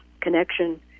connection